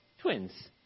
twins